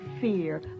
fear